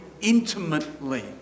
intimately